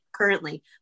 currently